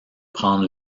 prendre